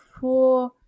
four